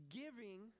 giving